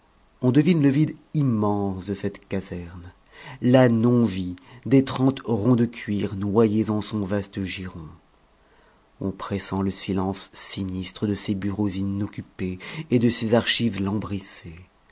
on devine le vide immense de cette caserne la non vie des trente ronds de cuir noyés en son vaste giron on pressent le silence sinistre de ces bureaux inoccupés et de ces archives